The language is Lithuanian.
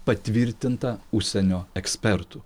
patvirtinta užsienio ekspertų